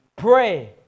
pray